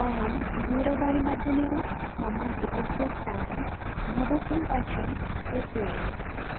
अहं दूरवाणीमाध्यमेन मम गृहस्य स्थानं भवतीं पार्श्वं प्रेषयामि